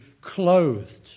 clothed